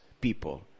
people